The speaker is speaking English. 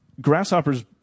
grasshoppers